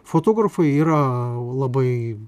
fotografai yra labai